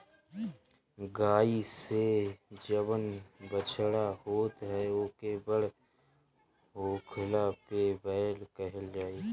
गाई से जवन बछड़ा होत ह ओके बड़ होखला पे बैल कहल जाई